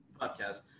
podcast